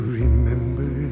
remember